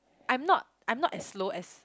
I'm not I'm not as low as